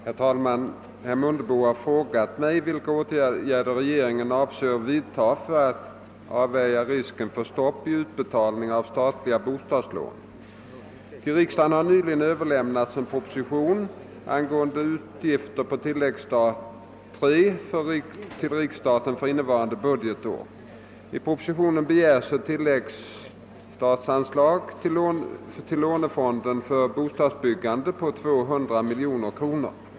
Herr talman! Herr Mundebo har frågat mig vilka åtgärder regeringen avser att vidta för att avvärja risken för stopp i utbetalningarna av de statliga bostadslånen. Till riksdagen har nyligen överlämnats en proposition angående utgifter på tilläggsstat III till riksstaten för innevarande budgetår. I propositionen begärs ett tilläggsstatsanslag till lånefonden för bostadsbyggande på 200 miljoner kronor.